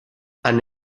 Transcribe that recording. hanno